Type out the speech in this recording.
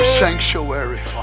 sanctuary